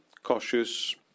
cautious